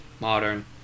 Modern